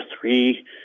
three